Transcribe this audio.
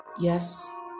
Yes